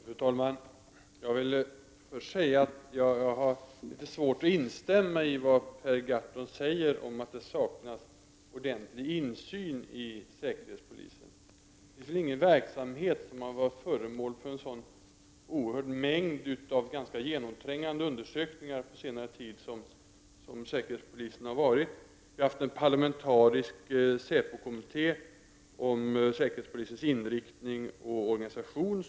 Fru talman! Jag vill först säga att jag har litet svårt att instämma i vad Per Gahrton säger om att det saknas en ordentlig insyn i säkerhetspolisens verksamhet. Det finns ingen verksamhet som har varit föremål för så oerhört stor mängd av ganska genomträngande utredningar under senare år som säkerhetspolisen. Vi har en parlamentarisk säpo-kommitté om säkerhetspolisens inriktning och organisation.